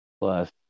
plus